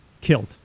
killed